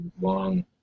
long